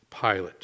Pilate